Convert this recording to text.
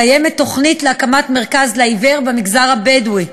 קיימת תוכנית להקמת מרכז לעיוור במגזר הבדואי.